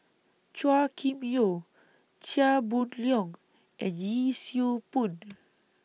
Chua Kim Yeow Chia Boon Leong and Yee Siew Pun